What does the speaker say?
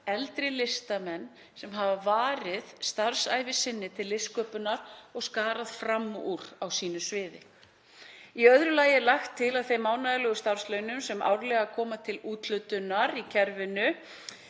eldri listamenn sem hafa varið starfsævi sinni til listsköpunar og skarað fram úr á sínu sviði. Í öðru lagi er lagt til að þeim mánaðarlegu starfslaunum sem árlega koma til úthlutunar í kerfinu